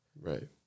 right